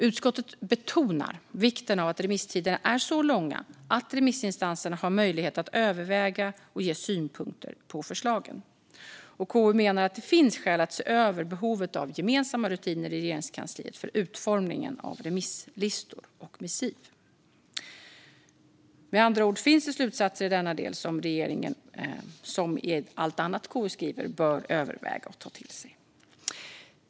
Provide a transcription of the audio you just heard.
Utskottet betonar vikten av att remisstiderna är så långa att remissinstanserna har möjlighet att överväga och ge synpunkter på förslagen. KU menar att det finns skäl att se över behovet av gemensamma rutiner i Regeringskansliet för utformningen av remisslistor och missiv. Med andra ord finns det slutsatser i denna del som regeringen, liksom allt annat KU skriver, bör överväga och ta till sig.